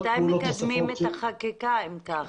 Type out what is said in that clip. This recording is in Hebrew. מקדמים את החקיקה אם כך?